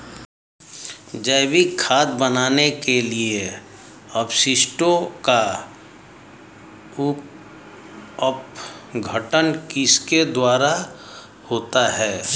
जैविक खाद बनाने के लिए अपशिष्टों का अपघटन किसके द्वारा होता है?